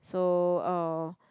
so um